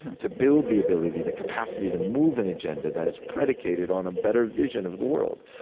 to build the ability, the capacity to move an agenda that is predicated on a better vision of the world.